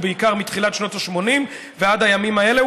ובעיקר מתחילת שנות ה-80 ועד הימים האלה,